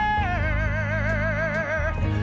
earth